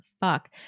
fuck